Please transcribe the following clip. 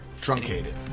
Truncated